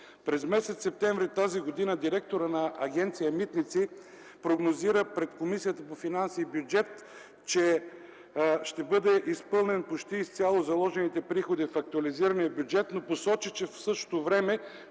През м. септември т.г. директорът на Агенция „Митници” прогнозира пред Комисията по бюджет и финанси, че ще бъдат изпълнени почти изцяло заложените приходи в актуализирания бюджет, но посочи, че в същото време